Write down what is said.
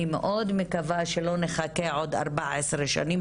אני מאוד מקווה שלא נחכה עוד 14 שנים